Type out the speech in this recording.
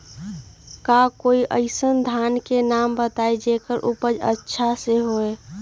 का कोई अइसन धान के नाम बताएब जेकर उपज अच्छा से होय?